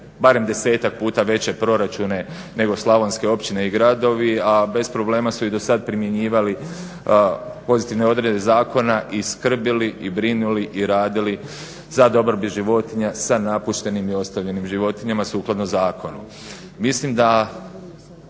barem 10-ak puta veće proračune nego slavonske općine i gradovi, a bez problema su i dosad primjenjivali pozitivne odredbe zakona i skrbili i brinuli i radili za dobrobit životinja sa napuštenim i ostavljenim životinjama sukladno zakonu. Mislim da